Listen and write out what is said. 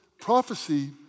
prophecy